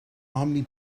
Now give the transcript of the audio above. omni